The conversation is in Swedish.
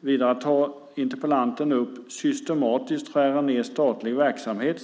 Vidare tar interpellanten upp att man systematiskt "skär ned statlig verksamhet".